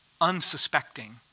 unsuspecting